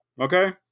okay